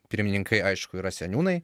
pirmininkai aišku yra seniūnai